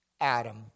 Adam